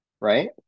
right